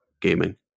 gaming